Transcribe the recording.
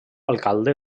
alcalde